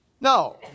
No